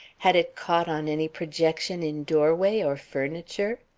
had it caught on any projection in doorway or furniture?